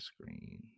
screen